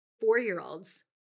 four-year-olds